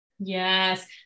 Yes